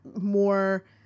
more